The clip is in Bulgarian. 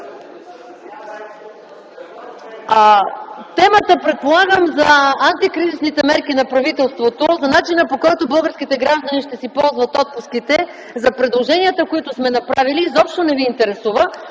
че темата за антикризисните мерки на правителството, за начина, по който българските граждани ще си ползват отпуските, за предложенията, които сме направили, изобщо не ви интересува.